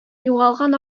югалган